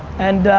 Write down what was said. and